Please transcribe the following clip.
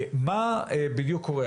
מה בדיוק קורה?